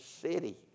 city